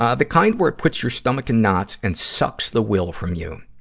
ah the kind where it puts your stomach in knots and sucks the will from you.